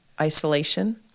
isolation